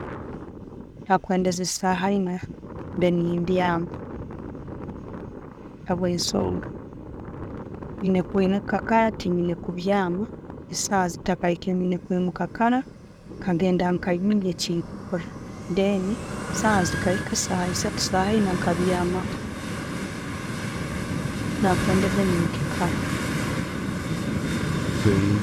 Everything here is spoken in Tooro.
Nakwendeze saaha eina mbe nembyama habwesonga, nina kwemuka kara, tinina kubyama esaaha zitakahikire, nina kwimuka kara, nkagenda nkabingya echindikukora. Then saaha zihika esatu, saaha eina nkabyamaho. Nakwendeze nyimuke kara